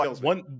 One